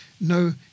no